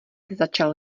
začal